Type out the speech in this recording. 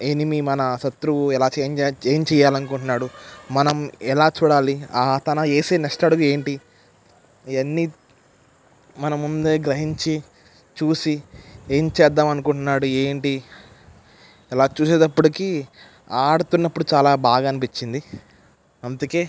enemy మన శత్రువు ఎలా ఏం చేయాలనుకుంటున్నాడు మనం ఎలా చూడాలి అతను వేసే నెక్స్ట్ అడుగు ఎంటి ఇవన్నీ మనం ముందే గ్రహించి చూసి ఏం చేద్దాం అనుకున్నాడు ఏంటి అలా చూసే అప్పటికి ఆడుతున్న అప్పుడు చాలా బాగా అనిపించింది అందుకే